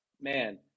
man